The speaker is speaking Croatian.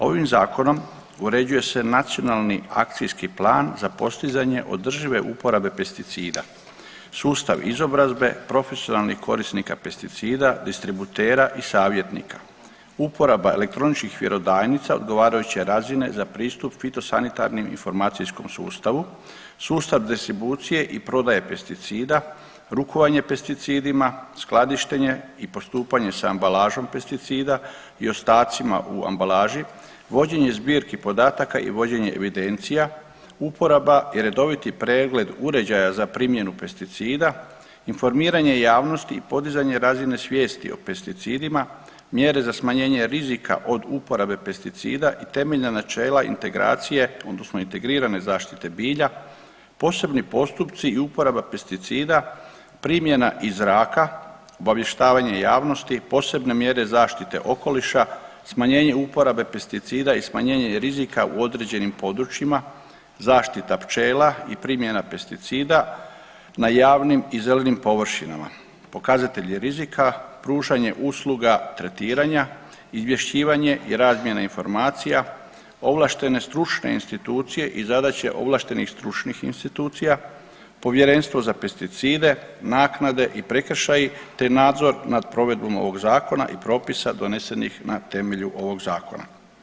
Ovim zakonom uređuje se Nacionalni akcijski plan za postizanje održive uporabe pesticida, sustav izobrazbe profesionalnih korisnika pesticida, distributera i savjetnika uporaba elektroničkih vjerodajnica odgovarajuće razine za pristup fitosanitarnom informacijskom sustavu, sustav distribucije i prodaje pesticida, rukovanje pesticidima, skladištenje i postupanje sa ambalažom pesticida i ostacima u ambalaži, vođenje zbirki podataka i vođenja evidencija, uporaba i redoviti pregled uređaja za primjenu pesticida, informiranje javnosti i podizanje razine svijesti o pesticidima, mjere za smanjenje rizika od uporabe pesticida i temeljna načela integracije odnosno integrirane zaštite bilja, posebni postupci i uporaba pesticida, primjena iz zraka, obavještavanje javnosti, posebne mjere zaštite okoliša, smanjenje uporabe pesticida i smanjenje rizika u određenim područjima, zaštita pčela i primjena pesticida na javnim i zelenim površinama, pokazatelji rizika, pružanje usluga tretiranja, izvješćivanje i razmjena informacija, ovlaštene stručne institucije i zadaće ovlaštenih stručnih institucija, povjerenstvo za pesticide, naknade i prekršaji te nadzor nad provedbom ovog zakona i propisa donesenih na temelju ovog zakona.